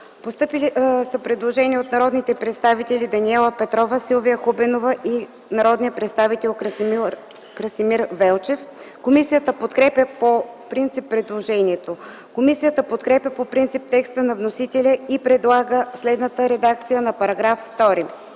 постъпили предложения от народните представители Даниела Петрова, Силвия Хубенова и Красимир Велчев. Комисията подкрепя по принцип предложението. Комисията подкрепя по принцип текста на вносителя и предлага следната редакция на § 2: „§ 2.